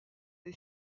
des